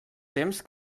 temps